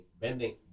Bending